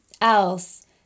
else